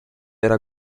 era